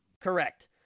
Correct